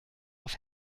auf